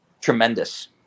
tremendous